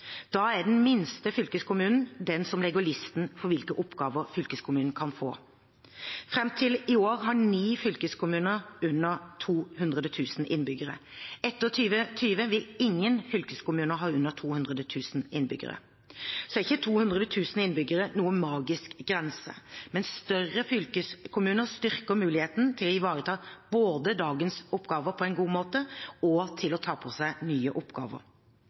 Da er den minste fylkeskommunen den som legger lista for hvilke oppgaver fylkeskommunene kan få. Fram til i år har ni fylkeskommuner hatt under 200 000 innbyggere. Etter 2020 vil ingen fylkeskommuner ha under 200 000 innbyggere. Nå er ikke 200 000 innbyggere noen magisk grense, men større fylkeskommuner styrker mulighetene både til å ivareta dagens oppgaver på en god måte og til å ta på seg nye oppgaver.